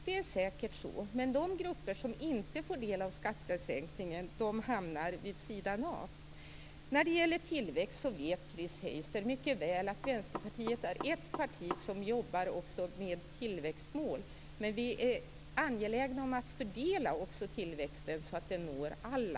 Det är säkert så, men de grupper som inte får del av skattesänkningen hamnar vid sidan av. När det gäller tillväxt vet Chris Heister mycket väl att Vänsterpartiet är ett parti som också jobbar med tillväxtmål, men vi är angelägna om att fördela tillväxten, så att den når alla.